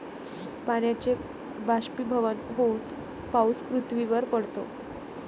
पाण्याचे बाष्पीभवन होऊन पाऊस पृथ्वीवर पडतो